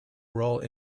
role